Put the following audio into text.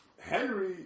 Henry